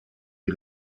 die